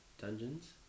dungeons